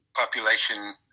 population